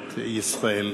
ממשלות ישראל.